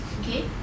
okay